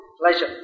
pleasure